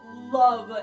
love